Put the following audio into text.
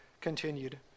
continued